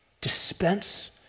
dispense